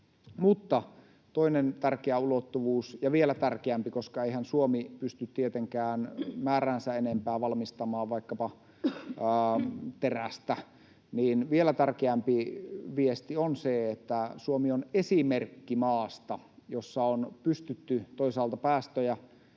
Mutta toinen tärkeä ulottuvuus ja vielä tärkeämpi viesti — koska eihän Suomi pysty tietenkään määräänsä enempää valmistamaan vaikkapa terästä — on se, että Suomi on esimerkki maasta, jossa on pystytty toisaalta päästöjä